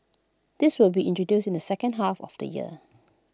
this will be introduced in the second half of the year